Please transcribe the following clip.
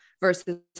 versus